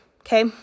okay